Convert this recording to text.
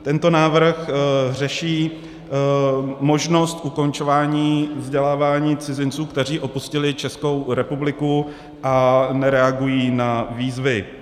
Tento návrh řeší možnost ukončování vzdělávání cizinců, kteří opustili Českou republiku a nereagují na výzvy.